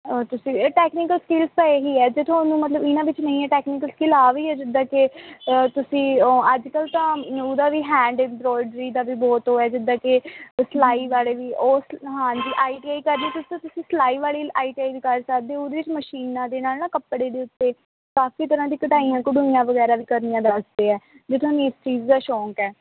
ਤੁਸੀਂ ਇਹ technical skills ਤਾਂ ਇਹੀ ਹੈ ਜੇ ਤੁਹਾਨੂੰ ਮਤਲਬ ਇਹਨਾਂ ਵਿੱਚ ਨਹੀਂ ਹੈ ਟੈਕਨੀਕਲ ਸਕਿੱਲ ਆਹ ਵੀ ਹੈ ਜਿੱਦਾਂ ਕਿ ਤੁਸੀਂ ਅੱਜ ਕੱਲ੍ਹ ਤਾਂ ਉਹਦਾ ਵੀ ਹੈਂਡ ਇਬਰੋਡਰੀ ਦਾ ਵੀ ਬਹੁਤ ਉਹ ਹੈ ਜਿੱਦਾਂ ਕਿ ਸਿਲਾਈ ਵਾਲੇ ਵੀ ਉਸ ਹਾਂ ਜੀ ਆਈ ਟੀ ਆਈ ਕਰਨੀ ਤੁਸੀਂ ਤਾਂ ਤੁਸੀਂ ਸਿਲਾਈ ਵਾਲੀ ਆਈ ਟੀ ਆਈ ਵੀ ਕਰ ਸਕਦੇ ਹੋ ਉਹਦੇ ਵਿੱਚ ਮਸ਼ੀਨਾਂ ਦੇ ਨਾਲ ਨਾ ਕੱਪੜੇ ਦੇ ਉੱਤੇ ਕਾਫੀ ਤਰ੍ਹਾਂ ਦੀ ਕਢਾਈਆਂ ਕਢੁਈਆਂ ਵਗੈਰਾ ਵੀ ਕਰਨੀਆਂ ਦੱਸਦੇ ਆ ਜੇ ਤੁਹਾਨੂੰ ਇਸ ਚੀਜ਼ ਦਾ ਸ਼ੌਕ ਹੈ